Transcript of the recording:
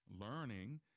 Learning